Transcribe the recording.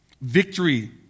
Victory